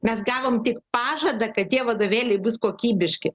mes gavom tik pažadą kad tie vadovėliai bus kokybiški